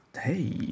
Hey